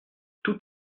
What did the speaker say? tout